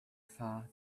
far